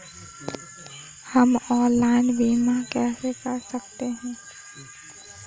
हम ऑनलाइन बीमा कैसे कर सकते हैं?